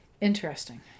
interesting